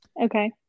Okay